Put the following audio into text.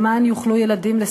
/ למען יוכלו ילדים לשחק.